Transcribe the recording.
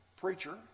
preacher